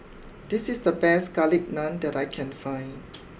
this is the best Garlic Naan that I can find